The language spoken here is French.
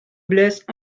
blesse